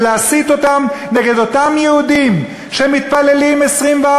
ולהסית אותם נגד אותם יהודים שמתפללים 24